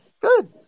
Good